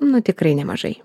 nu tikrai nemažai